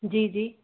जी जी